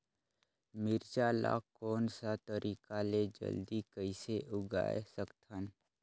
मिरचा ला कोन सा तरीका ले जल्दी कइसे उगाय सकथन?